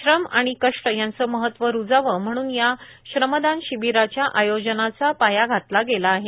श्रम आणि कष्ट याचं महत्व रुजाव म्हणून या श्रमदान शिबिराच्या आयोजनाचा पाया घातला गेला आहे